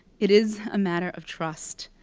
it is a matter of trust,